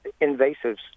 invasives